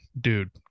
dude